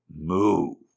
move